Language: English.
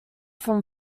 from